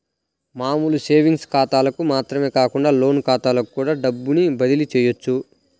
మామూలు సేవింగ్స్ ఖాతాలకు మాత్రమే కాకుండా లోన్ ఖాతాలకు కూడా డబ్బుని బదిలీ చెయ్యొచ్చు